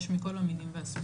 יש מכל המינים והסוגים.